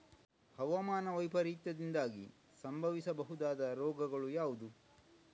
ಹವಾಮಾನ ವೈಪರೀತ್ಯದಿಂದಾಗಿ ಸಂಭವಿಸಬಹುದಾದ ರೋಗಗಳು ಯಾವುದು?